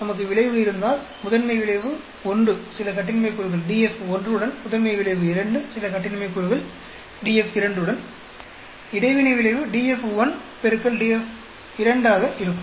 நமக்கு விளைவு இருந்தால் முதன்மை விளைவு 1 சில கட்டின்மை கூறுகள் DF 1 உடன் முதன்மை விளைவு 2 சில கட்டின்மை கூறுகள் DF 2 உடன் இடைவினை விளைவு DF1 X DF2 ஆக இருக்கும்